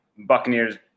Buccaneers